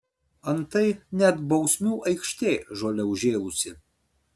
antai net bausmių aikštė žole užžėlusi